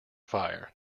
fire